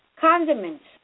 condiments